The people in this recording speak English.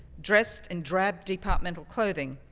dressed in drab departmental clothing,